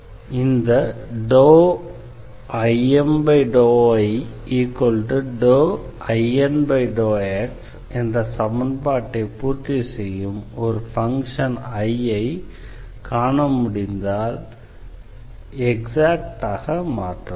எனவே இந்த IM∂yIN∂xஎன்ற சமன்பாட்டை பூர்த்தி செய்யும் ஒரு ஃபங்ஷன் I ஐக் காண முடிந்தால் எக்ஸாக்டாக மாற்றலாம்